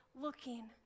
looking